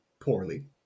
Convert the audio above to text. poorly